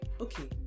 Okay